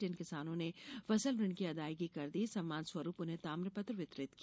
जिन किसानों ने फसल ऋण की अदायगी कर दी सम्मान स्वरूप उन्हें ताम्रपत्र वितरित किया